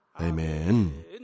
Amen